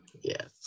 yes